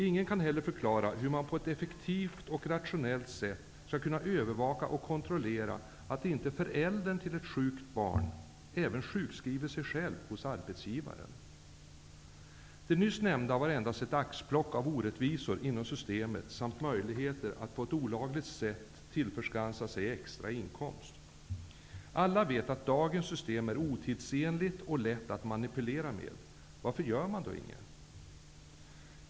Ingen kan heller förklara hur man på ett effektivt och rationellt sätt skall kunna övervaka och kontrollera att inte föräldern till ett sjukt barn även sjukskriver sig själv hos arbetsgivaren. Det nyss nämnda är endast ett axplock av orättvisor inom systemet samt av möjligheter att på ett olagligt sätt tillförskansa sig extra inkomster. Alla vet att dagens system är otidsenligt och lätt att manipulera med. Varför gör man då inget?